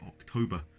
October